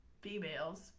females